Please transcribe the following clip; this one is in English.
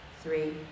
three